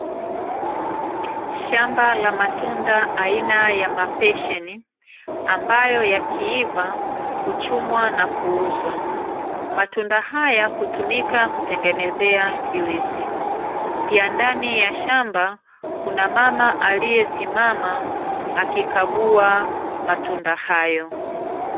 Shamba la matunda aina ya mapesheni, ambayo yakiiva huchumwa na kuuzwa. Matunda haya hutumika kutengenezea juisi. Pia ndani ya shamba kuna mama aliyesimama, akikagua matunda hayo.